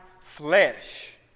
flesh